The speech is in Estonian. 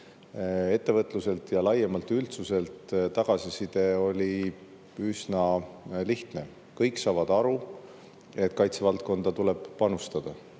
ettevõtluselt ja laiemalt üldsuselt saadud tagasiside üsna lihtne: kõik saavad aru, et kaitsevaldkonda tuleb panustada.